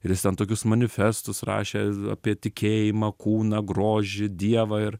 ir jis ten tokius manifestus rašė apie tikėjimą kūną grožį dievą ir